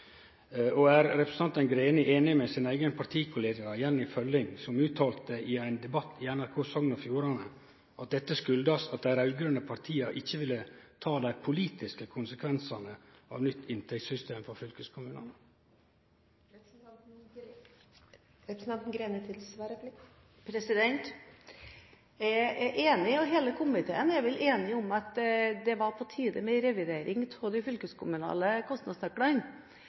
inntektssystem? Er representanten Greni einig med sin eigen partikollega, Jenny Følling, som uttalte i ein debatt i NRK Sogn og Fjordane at dette skuldast at dei raud-grøne partia ikkje ville ta dei politiske konsekvensane av nytt inntektssystem for fylkeskommunane? Jeg er enig i – hele komiteen er vel enige om – at det var på tide med en revidering av de fylkeskommunale